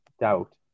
doubt